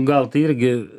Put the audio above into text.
gal tai irgi